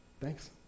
Thanks